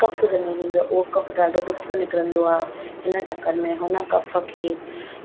कफ ॼमी वेंदो उहो कफ ॾाढो ॾुखियो निकिरंदो आहे हिन चकर में हुन कफ खे